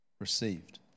received